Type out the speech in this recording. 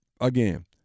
again